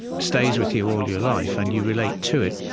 stays with you all your life, and you relate to it.